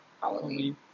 Halloween